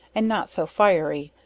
and not so fiery,